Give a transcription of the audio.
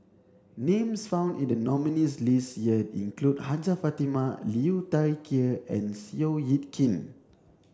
names found in the nominees' list year include Hajjah Fatimah Liu Thai Ker and Seow Yit Kin